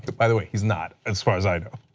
but by the way, he's not as far as i know.